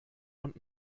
und